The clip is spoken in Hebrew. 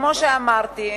כמו שאמרתי,